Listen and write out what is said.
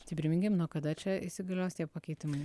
tai priminkim nuo kada čia įsigalios tie pakeitimai